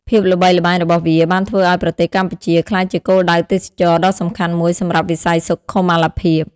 ភាពល្បីល្បាញរបស់វាបានធ្វើឱ្យប្រទេសកម្ពុជាក្លាយជាគោលដៅទេសចរណ៍ដ៏សំខាន់មួយសម្រាប់វិស័យសុខុមាលភាព។